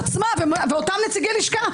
ואותם נציגי הלשכה,